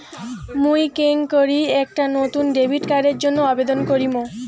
মুই কেঙকরি একটা নতুন ডেবিট কার্ডের জন্য আবেদন করিম?